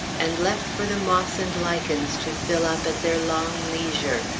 and left for the moss and lichens to fill up at their long leisure.